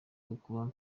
ukuba